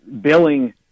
billing